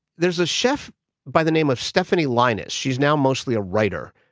there's a chef by the name of stephanie lyness she's now mostly a writer,